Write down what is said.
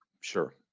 sure